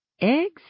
Eggs